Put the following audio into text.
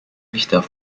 richter